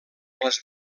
les